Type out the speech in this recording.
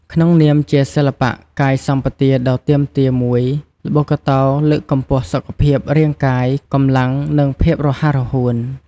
ក្នុងនាមជាសិល្បៈកាយសម្បទាដ៏ទាមទារមួយ ល្បុក្កតោលើកកម្ពស់សុខភាពរាងកាយ កម្លាំង និងភាពរហ័សរហួន។